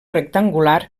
rectangular